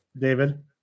David